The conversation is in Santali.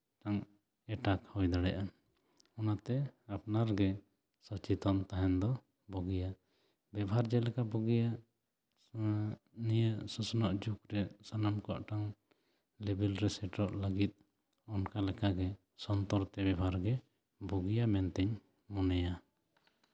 ᱢᱤᱫᱴᱟᱝ ᱮᱴᱟᱜ ᱦᱩᱭ ᱫᱟᱲᱮᱭᱟᱜᱼᱟ ᱚᱱᱟᱛᱮ ᱟᱯᱱᱟᱨᱜᱮ ᱥᱚᱪᱮᱱ ᱛᱟᱦᱮᱱ ᱫᱚ ᱵᱩᱜᱤᱭᱟ ᱵᱮᱵᱚᱦᱟᱨ ᱡᱮᱞᱮᱠᱟ ᱵᱩᱜᱤᱭᱟ ᱚᱱᱟ ᱱᱤᱭᱮ ᱥᱚᱥᱱᱚᱜ ᱡᱩᱜᱽᱨᱮ ᱥᱟᱱᱟᱢ ᱠᱚᱣᱟᱜ ᱴᱷᱟᱶ ᱞᱮᱵᱮᱞ ᱨᱮ ᱥᱮᱴᱮᱨᱚᱜ ᱞᱟᱹᱜᱤᱫ ᱚᱱᱠᱟ ᱞᱮᱠᱟᱜᱮ ᱥᱚᱱᱛᱚᱨ ᱛᱮ ᱵᱮᱵᱚᱦᱟᱨ ᱜᱮ ᱵᱩᱜᱤᱭᱟ ᱢᱮᱱᱛᱮᱧ ᱢᱚᱱᱮᱭᱟ